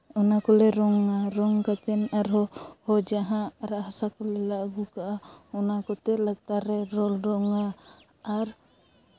ᱚᱱᱟ ᱠᱚᱞᱮ ᱨᱚᱝᱼᱟ ᱨᱚᱝ ᱠᱟᱛᱮᱫ ᱟᱨᱦᱚᱸ ᱡᱟᱦᱟᱸ ᱟᱨᱟᱜ ᱦᱟᱥᱟ ᱠᱚᱞᱮ ᱞᱟ ᱟᱹᱜᱩ ᱠᱟᱜᱼᱟ ᱚᱱᱟ ᱠᱚᱛᱮ ᱞᱟᱛᱟᱨ ᱨᱮᱞᱮ ᱨᱚᱝᱼᱟ ᱟᱨ